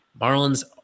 Marlins